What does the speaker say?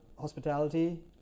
hospitality